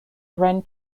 wren